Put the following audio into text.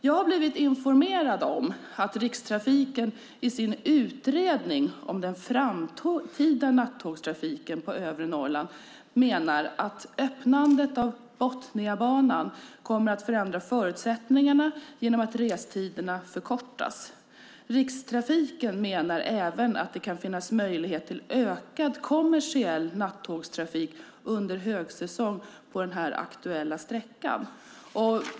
Jag har blivit informerad om att Rikstrafiken i sin utredning om den framtida nattågstrafiken på övre Norrland menar att öppnandet av Botniabanan kommer att förändra förutsättningarna genom att restiderna förkortas. Rikstrafiken menar även att det kan finnas möjlighet till ökad kommersiell nattågstrafik under högsäsong på den aktuella sträckan.